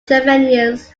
juveniles